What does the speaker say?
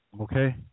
okay